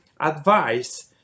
advice